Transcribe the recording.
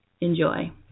enjoy